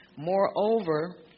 Moreover